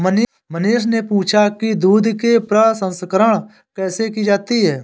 मनीष ने पूछा कि दूध के प्रसंस्करण कैसे की जाती है?